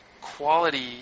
quality